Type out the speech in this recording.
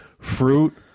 Fruit